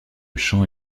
chant